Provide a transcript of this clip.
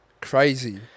crazy